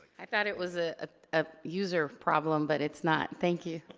i thought it was a ah ah user problem, but it's not, thank you.